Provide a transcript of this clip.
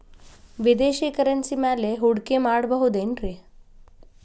ವಿದೇಶಿ ಕರೆನ್ಸಿ ಮ್ಯಾಲೆ ಹೂಡಿಕೆ ಮಾಡಬಹುದೇನ್ರಿ?